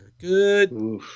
Good